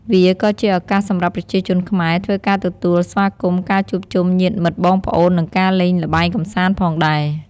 វាក៏ជាឱកាសសម្រាប់ប្រជាជនខ្មែរធ្វើការទទួលស្វាគមន៍ការជួបជុំញ្ញាតិមិត្តបងប្អូន និងការលេងល្បែងកំសាន្តផងដែរ។